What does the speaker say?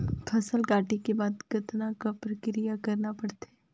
फसल काटे के बाद कतना क प्रक्रिया करना पड़थे?